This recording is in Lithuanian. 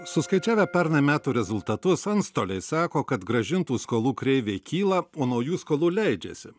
suskaičiavę pernai metų rezultatus antstoliai sako kad grąžintų skolų kreivė kyla o naujų skolų leidžiasi